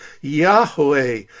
Yahweh